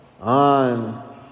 on